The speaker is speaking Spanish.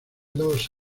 dos